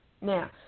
Now